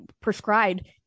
prescribed